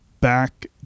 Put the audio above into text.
back